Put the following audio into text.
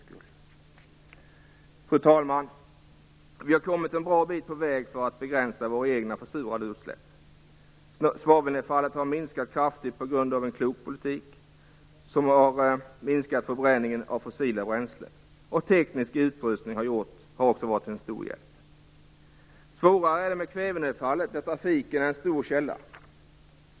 Fru talman! Vi har kommit en bra bit på väg för att begränsa våra egna försurande utsläpp. Svavelnedfallet har minskat kraftigt på grund av en klok politik som har minskat förbränningen av fossila bränslen, och teknisk utrustning har också varit till en stor hjälp. Svårare är det med kvävenedfallet där trafiken är en stor källa.